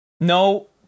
No